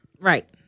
Right